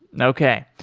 and okay.